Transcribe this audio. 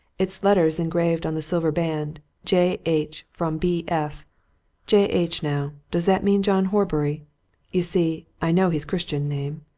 it's letters engraved on the silver band j. h. from b. f j. h now does that mean john horbury you see, i know his christian name.